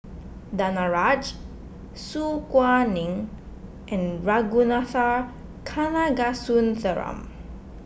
Danaraj Su Guaning and Ragunathar Kanagasuntheram